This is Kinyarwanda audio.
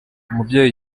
umubyeyi